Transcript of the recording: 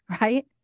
right